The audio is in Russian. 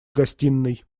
гостиной